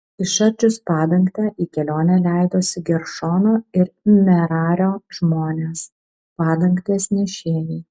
išardžius padangtę į kelionę leidosi geršono ir merario žmonės padangtės nešėjai